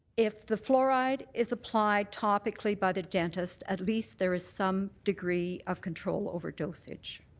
if the fluoride is applied topically by the dentist, at least there is some degree of control over dosage.